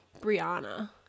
Brianna